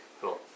Cool